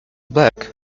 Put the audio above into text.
black